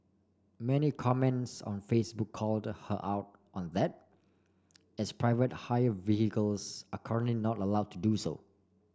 many comments on Facebook called her out on that as private hire vehicles are currently not allowed to do so